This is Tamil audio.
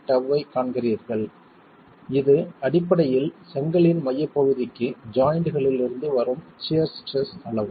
3τ ஐக் காண்கிறீர்கள் இது அடிப்படையில் செங்கலின் மையப்பகுதிக்கு ஜாய்ண்ட்களிலிருந்து வரும் சியர் ஸ்ட்ரெஸ் அளவு